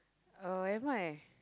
or am I